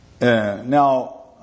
now